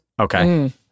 Okay